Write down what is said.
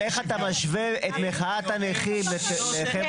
איך אתה משווה את מחאת הנכים לזה?